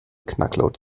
knacklaut